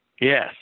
Yes